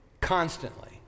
constantly